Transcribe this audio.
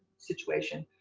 situation,